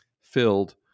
filled